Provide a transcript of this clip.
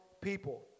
people